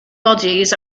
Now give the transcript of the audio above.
buddies